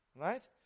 Right